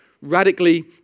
radically